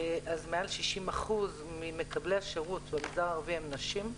מעל 60% ממקבלי השירות במגזר הערבי הן נשים.